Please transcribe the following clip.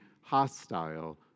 hostile